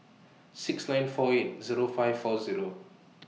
six nine four eight Zero five four Zero